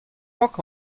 raok